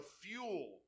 fuel